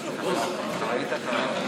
37 בעד.